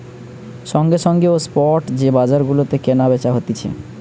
সঙ্গে সঙ্গে ও স্পট যে বাজার গুলাতে কেনা বেচা হতিছে